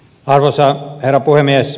arvoisa herra puhemies